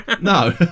No